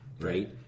Right